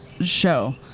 show